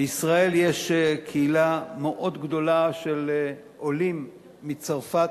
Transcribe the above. בישראל יש קהילה מאוד גדולה של עולים מצרפת,